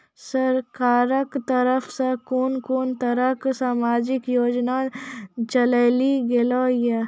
सरकारक तरफ सॅ कून कून तरहक समाजिक योजना चलेली गेलै ये?